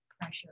pressure